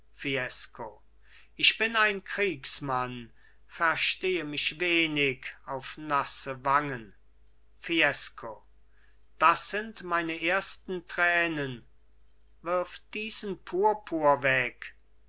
ich bin ein kriegsmann verstehe mich wenig auf nasse wangen fiesco das sind meine ersten tränen wirf diesen purpur weg